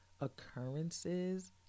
occurrences